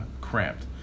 cramped